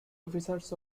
officers